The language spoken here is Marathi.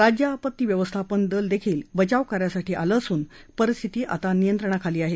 राज्य आपती व्यवस्थापन दल ही बचावकार्यासाठी आलं असून परिस्थिती नियत्रंणाखाली आहे